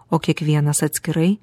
o kiekvienas atskirai